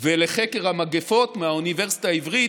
ולחקר המגפות מהאוניברסיטה העברית,